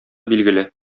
билгеле